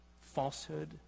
falsehood